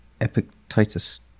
Epictetus